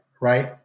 right